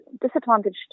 disadvantaged